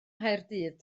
nghaerdydd